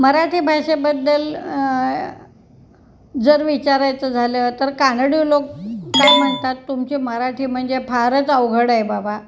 मराठी भाषेबद्दल जर विचारायचं झालं तर कानडी लोक काय म्हणतात तुमची मराठी म्हणजे फारच अवघड आहे बाबा